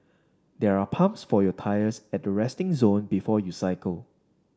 there are pumps for your tyres at the resting zone before you cycle